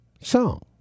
song